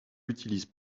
utilise